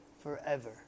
forever